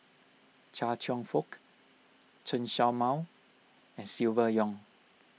Chia Cheong Fook Chen Show Mao and Silvia Yong